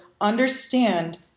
understand